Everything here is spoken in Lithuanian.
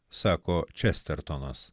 sako čestertonas